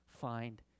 find